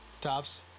Tops